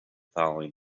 following